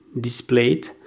displayed